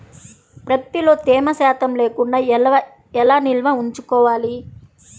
ప్రత్తిలో తేమ శాతం లేకుండా ఎలా నిల్వ ఉంచుకోవాలి?